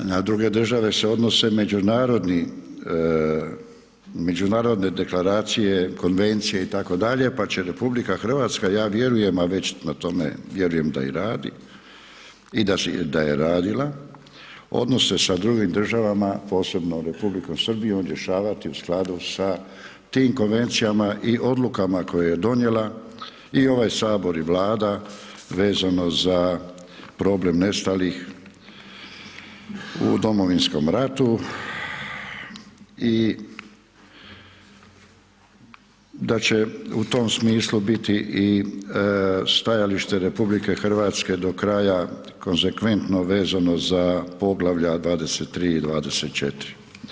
Na druge države se odnose međunarodne deklaracije, konvencije itd. pa će RH, ja vjerujem, a već na tome vjerujem da radi i da je radila, odnose sa drugim državama, posebno sa Republikom Srbijom, rješavati u skladu sa tim konvencijama i odlukama koje je donijela i ovaj Sabor i Vlada vezano za problem nestalih u Domovinskom ratu i da će u tom smislu biti i stajalište RH, do kraja konzekventno vezano za poglavlja 23. i 24.